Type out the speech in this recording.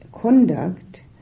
conduct